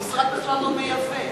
המשרד בכלל לא מייבא,